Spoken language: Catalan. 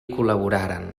col·laboraran